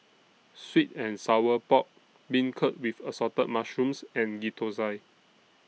Sweet and Sour Pork Beancurd with Assorted Mushrooms and Ghee Thosai